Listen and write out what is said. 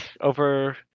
over